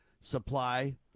supply